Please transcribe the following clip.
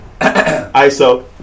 Iso